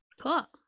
Cool